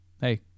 Hey